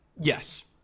Yes